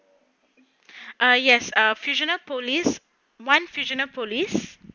ah yes ah fusionopolis one fusionopolis